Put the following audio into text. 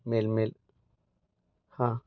mail mail हां